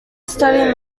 studied